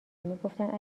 میگفتند